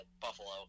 Buffalo